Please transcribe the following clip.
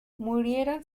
murieron